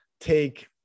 take